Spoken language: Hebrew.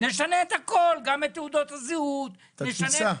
אלא נשנה את הכול גם את תעודות הזהות -- את התפיסה.